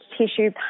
tissue